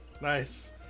Nice